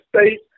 state